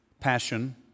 passion